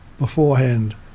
Beforehand